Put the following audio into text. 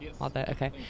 Okay